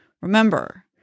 Remember